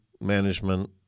management